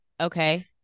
Okay